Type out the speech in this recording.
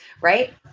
Right